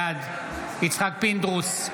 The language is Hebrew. בעד יצחק פינדרוס,